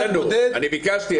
אני ביקשתי.